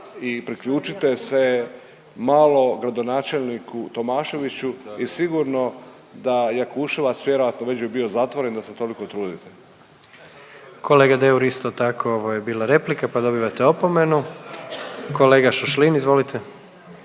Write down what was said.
i priključite se malo gradonačelniku Tomaševiću i sigurno da Jakuševac vjerojatno već bi bio zatvoren da se toliko trudite. **Jandroković, Gordan (HDZ)** Kolega Deur, isto tako ovo je bila replika pa dobivate opomenu. Kolega Šašlin, izvolite.